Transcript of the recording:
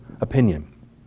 opinion